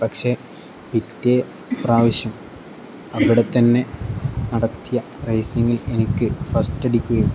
പക്ഷെ പിറ്റേ പ്രാവശ്യം അവിടെത്തന്നെ നടത്തിയ റേസിങ്ങിൽ എനിക്ക് ഫസ്റ്റ് അടിക്കുകയും